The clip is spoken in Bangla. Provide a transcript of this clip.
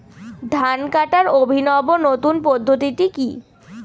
ধান কাটার অভিনব নতুন পদ্ধতিটি কি?